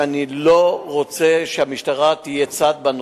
שאני לא רוצה שהמשטרה תהיה צד בנושא.